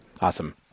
Awesome